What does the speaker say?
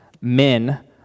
men